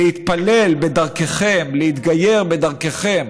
להתפלל בדרככם, להתגייר בדרככם,